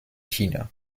china